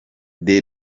the